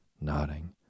nodding